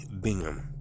Bingham